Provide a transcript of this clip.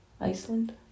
Iceland